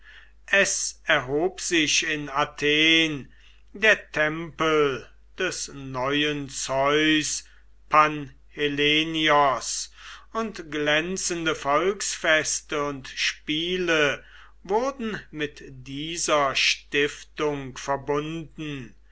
es erhob sich in athen der tempel des neuen zeus panhellenios und glänzende volksfeste und spiele wurden mit dieser stiftung verbunden